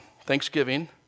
Thanksgiving